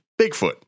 Bigfoot